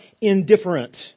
indifferent